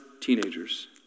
teenagers